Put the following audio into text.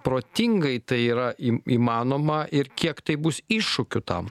protingai tai yra į įmanoma ir kiek tai bus iššūkių tam